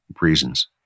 reasons